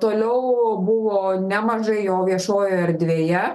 toliau buvo nemažai jo viešojoj erdvėje